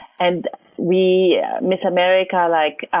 and we mrs. america, like,